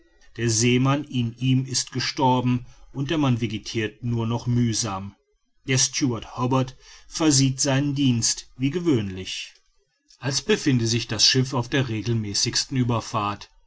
der seemann in ihm ist gestorben und der mann vegetirt nur noch mühsam der steward hobbart versieht seinen dienst wie gewöhnlich als befinde sich das schiff auf der regelmäßigsten ueberfahrt